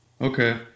Okay